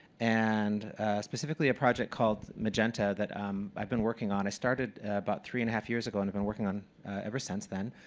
and specifically a project called magenta that um i've been working on. i started about three and a half years ago and i've been working on it ever since then.